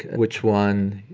which one